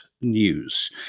news